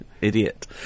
Idiot